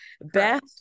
Beth